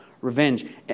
revenge